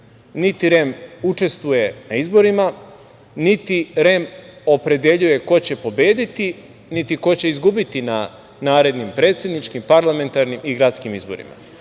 niti REM učestvuje na izborima, niti REM opredeljuje ko će pobediti, niti ko će izgubiti na narednim predsedničkim, parlamentarnim i gradskim izborima.